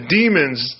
demons